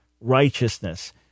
righteousness